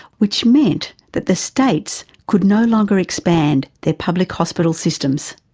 which meant that the states could no longer expand the public hospital systems.